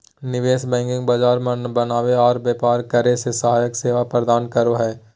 निवेश बैंकिंग बाजार बनावे आर व्यापार करे मे सहायक सेवा प्रदान करो हय